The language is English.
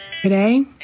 Today